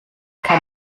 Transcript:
kann